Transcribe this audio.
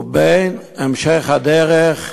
ובין המשך הדרך שלו,